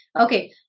Okay